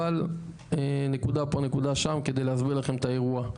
אבל נקודה פה נקודה שם כדי להסביר לכם את האירוע.